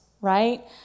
right